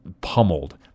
pummeled